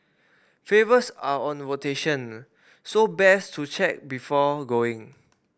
flavours are on rotation so best to check before going